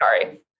sorry